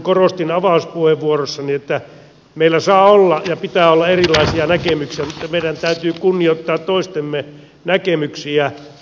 korostin avauspuheenvuorossani että meillä saa olla ja pitää olla erilaisia näkemyksiä mutta meidän täytyy kunnioittaa toistemme näkemyksiä